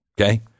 okay